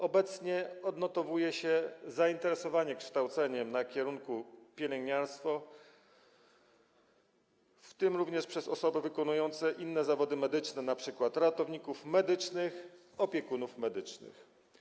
Obecnie odnotowuje się zainteresowanie kształceniem na kierunku: pielęgniarstwo również przez osoby wykonujące inne zawody medyczne, np. przez ratowników medycznych czy opiekunów medycznych.